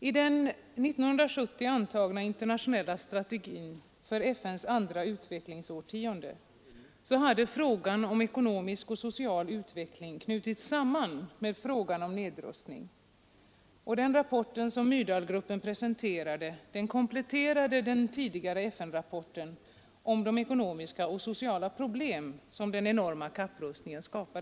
I den 1970 antagna internationella strategin för FN:s andra utvecklingsårtionde hade frågan om ekonomisk och social utveckling knutits samman med frågan om nedrustning. Myrdalgruppens rapport kompletterade den tidigare FN-rapporten om de ekonomiska och sociala problem som den enorma kapprustningen skapar.